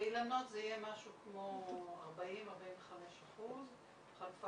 באילנות זה יהיה משהו כמו 40%-45% חלופת